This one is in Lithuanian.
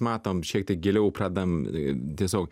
matom šiek tiek giliau pradedam tiesiog